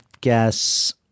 guess